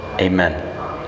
Amen